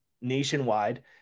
nationwide